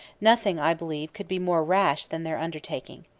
nothing, i believe, could be more rash than their undertaking.